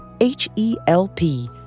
H-E-L-P